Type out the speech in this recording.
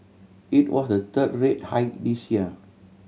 it was the third rate hike this year